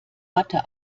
watte